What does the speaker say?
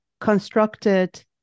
constructed